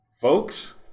folks